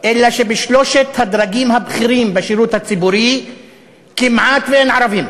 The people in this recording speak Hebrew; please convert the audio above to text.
אלא שבשלושת הדרגים הבכירים בשירות הציבורי כמעט שאין ערבים,